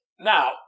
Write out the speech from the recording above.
Now